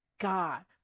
God